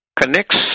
connects